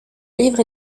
livres